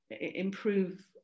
improve